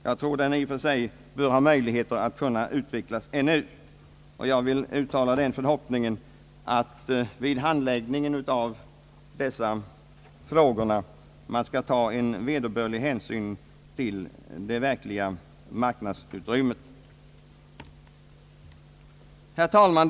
Jag tror att den i och för sig bör ha möjligheter att fortfarande kunna utvecklas av egen kraft. Jag vill uttala den förhoppningen att man vid handläggningen av denna fråga verkligen tar vederbörlig hänsyn till det förefintliga marknadsutrymmet. Herr talman!